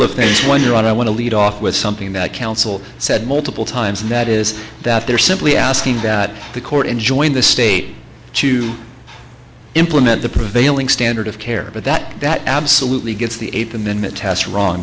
of things one right i want to lead off with something that counsel said multiple times and that is that they're simply asking that the court enjoined the state to implement the prevailing standard of care but that that absolutely gets the eighth amendment test wrong